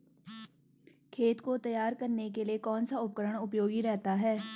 खेत को तैयार करने के लिए कौन सा उपकरण उपयोगी रहता है?